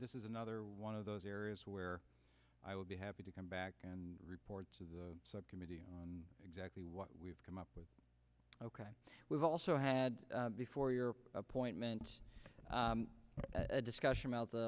this is another one of those areas where i would be happy to come back and reports of the subcommittee exactly what we've come up with ok we've also had before your appointment a discussion about the